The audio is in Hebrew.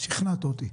שכנעת אותי.